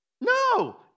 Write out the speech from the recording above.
No